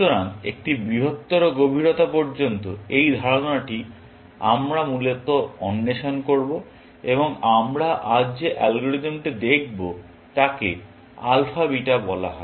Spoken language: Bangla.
সুতরাং একটি বৃহত্তর গভীরতা পর্যন্ত এই ধারণাটি আমরা মূলত অন্বেষণ করব এবং আমরা আজ যে অ্যালগরিদমটি দেখবো তাকে আলফা বিটা বলা হয়